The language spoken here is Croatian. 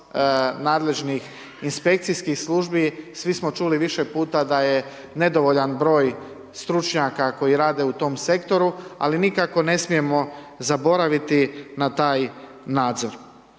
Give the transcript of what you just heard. nadležnost inspekcijskih službi, svi smo čuli više puta da je nedovoljan broj stručnjaka koji rade u tome sektoru, ali nikako ne smijemo zaboraviti na taj nadzor.